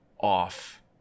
off